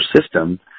system